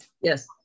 Yes